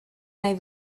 nahi